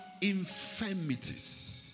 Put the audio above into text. infirmities